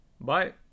bye